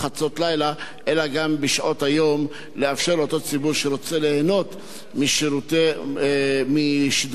אלא גם בשעות היום לאפשר לאותו ציבור שרוצה ליהנות משידורי רשת מורשת.